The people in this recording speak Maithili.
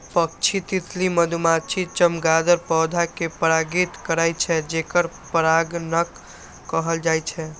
पक्षी, तितली, मधुमाछी, चमगादड़ पौधा कें परागित करै छै, जेकरा परागणक कहल जाइ छै